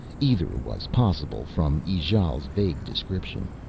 either was possible from ijale's vague description.